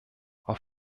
auf